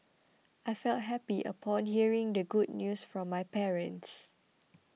I felt happy upon hearing the good news from my parents